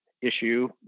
issue